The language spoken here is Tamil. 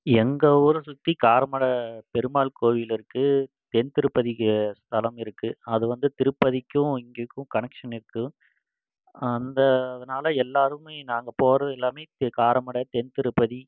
எங்கல் ஊரை சுற்றி காரமடை பெருமாள் கோயில் இருக்குது தென் திருப்பதிக்கு ஸ்தலம் இருக்குது அது வந்து திருப்பதிக்கும் இங்கேக்கும் கனெக்ஷன் இருக்குது அந்த அதனால எல்லோருமே நாங்கள் போகிறது எல்லாமே தெ காரமடை தென் திருப்பதி